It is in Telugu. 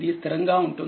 ఇది స్థిరంగా ఉంటుంది